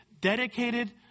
dedicated